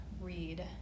read